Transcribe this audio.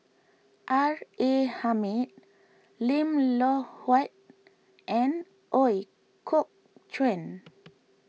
R A Hamid Lim Loh Huat and Ooi Kok Chuen